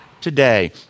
today